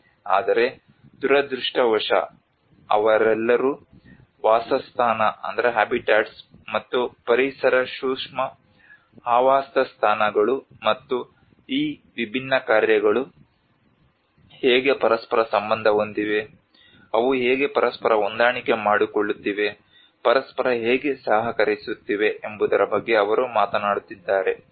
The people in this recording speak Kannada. ಆದರೆ ದುರದೃಷ್ಟವಶ ಅವರೆಲ್ಲರೂ ವಾಸಸ್ಥಾನ ಮತ್ತು ಪರಿಸರ ಸೂಕ್ಷ್ಮ ಆವಾಸಸ್ಥಾನಗಳು ಮತ್ತು ಈ ವಿಭಿನ್ನ ಕಾರ್ಯಗಳು ಹೇಗೆ ಪರಸ್ಪರ ಸಂಬಂಧ ಹೊಂದಿವೆ ಅವು ಹೇಗೆ ಪರಸ್ಪರ ಹೊಂದಾಣಿಕೆ ಮಾಡಿಕೊಳ್ಳುತ್ತಿವೆ ಪರಸ್ಪರ ಹೇಗೆ ಸಹಕರಿಸುತ್ತಿವೆ ಎಂಬುದರ ಬಗ್ಗೆ ಅವರು ಮಾತನಾಡುತ್ತಿದ್ದಾರೆ